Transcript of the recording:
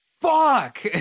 fuck